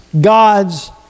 God's